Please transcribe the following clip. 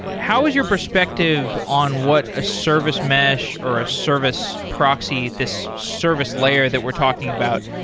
how is your perspective on what a service mesh or a service proxy, this service layer that we're talking about,